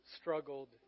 struggled